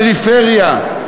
לפריפריה,